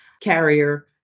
carrier